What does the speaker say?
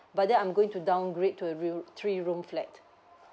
but then I'm going to downgrade to a room three room flat